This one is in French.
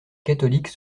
catholiques